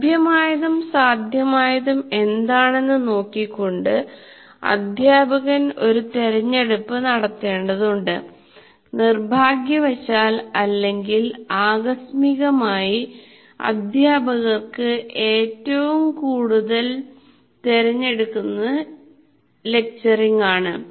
ലഭ്യമായതും സാധ്യമായതും എന്താണെന്ന് നോക്കിക്കൊണ്ട് അധ്യാപകൻ ഒരു തിരഞ്ഞെടുപ്പ് നടത്തേണ്ടതുണ്ട് നിർഭാഗ്യവശാൽ അല്ലെങ്കിൽ ആകസ്മികമായി അധ്യാപകർ ഏറ്റവും കൂടുതൽ തിരഞ്ഞെടുക്കുന്നത് ലെക്ച്ചറിങ് ആണ്